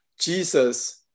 Jesus